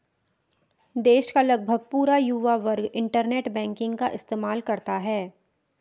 देश का लगभग पूरा युवा वर्ग इन्टरनेट बैंकिंग का इस्तेमाल करता है